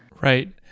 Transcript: Right